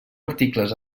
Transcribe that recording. articles